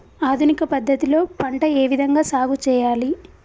ఆధునిక పద్ధతి లో పంట ఏ విధంగా సాగు చేయాలి?